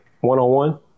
one-on-one